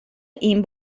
این